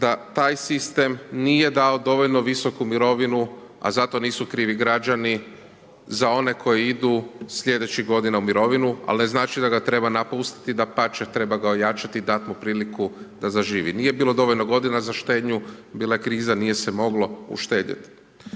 da taj sistem nije dao dovoljno visoku mirovinu a zato nisu krivi građani za one koji idu slijedećih godina u mirovinu ali ne znači da ga treba napustiti, dapače, treba ga ojačati, dat mu priliku da zaživi, nije bilo dovoljno godina za štednju, bila je kriza nije se moglo uštedjeti.